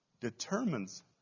determines